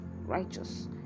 righteous